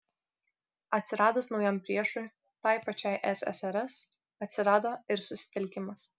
atsiradus naujam priešui tai pačiai ssrs atsirado ir susitelkimas